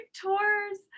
tours